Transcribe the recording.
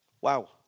Wow